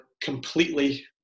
completely